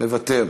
מוותר,